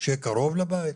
שיהיה קרוב לבית.